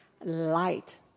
light